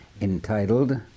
entitled